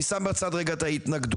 אני שם בצד רגע את ההתנגדות,